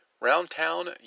Roundtown